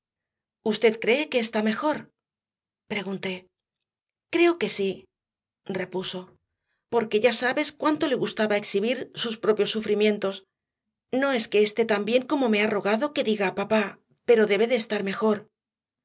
usted cree que está mejor pregunté creo que sí repuso porque ya sabes cuánto le gustaba exhibir sus propios sufrimientos no es que esté tan bien como me ha rogado que diga a papá pero debe de estar mejor